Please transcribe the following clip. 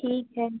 ठीक है